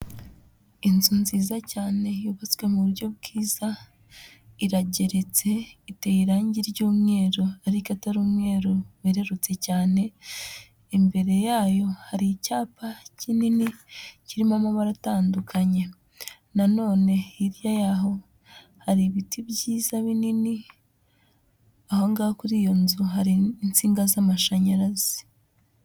Inzu nziza cyane yubatswe mu buryo bwiza, irageretse iteye irangi ry'umweru ariko atari umweru wererutse cyane, imbere yayo hari icyapa kinini kirimo amabara atandukanye, nanone hirya yaho hari ibiti byiza binini, aho ngaho kuri iyo nzu hari insinga z'amashanyarazi.